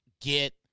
Get